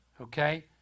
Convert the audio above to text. Okay